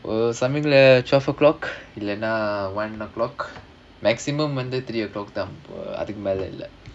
summing lah twelve o'clock இல்லனா:illanaa one o'clock maximum monday three o'clock தான் அதுக்கு மேல இல்ல:thaan adhukku mela illa